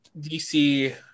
dc